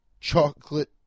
chocolate